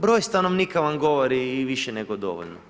Broj stanovnika vam govori i više nego dovoljno.